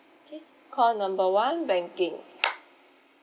K call number one banking